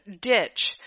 ditch